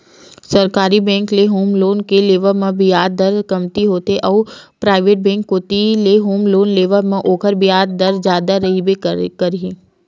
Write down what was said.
सरकारी बेंक ले home loan के लेवब म बियाज दर कमती होथे अउ पराइवेट बेंक कोती ले होम लोन लेवब म ओखर बियाज दर जादा रहिबे करही